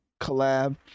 collab